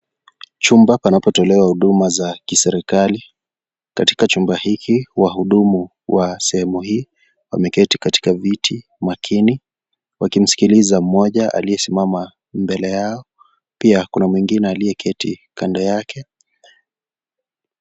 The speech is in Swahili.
Chumba panapotolewa huduma za kiserikali, katika chumba hiki wahudumu wa sehemu hii wameketi katika viti makini wakimsikiliza mmoja aliyesimama mbele yao, pia kuna mwingine aliyeketi kando yake.